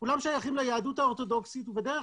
כולם שייכים ליהדות האורתודוקסית ובדרך